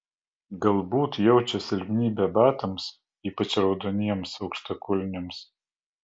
galbūt jaučia silpnybę batams ypač raudoniems aukštakulniams